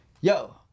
yo